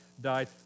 died